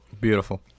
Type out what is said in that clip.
Beautiful